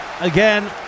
Again